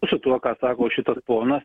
su tuo ką sako šitas ponas